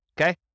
Okay